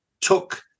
took